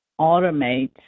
automate